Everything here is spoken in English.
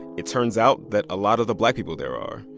it turns out that a lot of the black people there are,